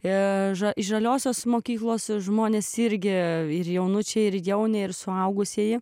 ir žaliosios mokyklos žmonės sirgę ir jaunučiai ir jauni ir suaugusieji